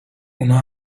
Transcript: اونها